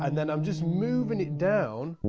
and then, i'm just moving it down